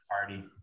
party